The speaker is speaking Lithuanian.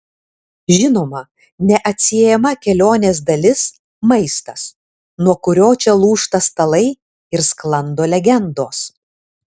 žinoma neatsiejama kelionės dalis maistas nuo kurio čia lūžta stalai ir sklando legendos